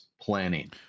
planning